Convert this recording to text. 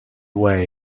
away